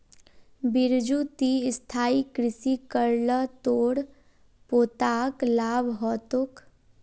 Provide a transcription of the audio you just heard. बिरजू ती स्थायी कृषि कर ल तोर पोताक लाभ ह तोक